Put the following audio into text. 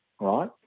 right